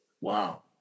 Wow